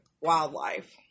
wildlife